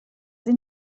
این